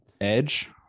Edge